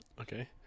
Okay